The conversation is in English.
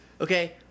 Okay